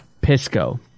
Pisco